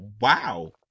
wow